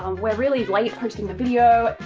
um we're really late posting the video.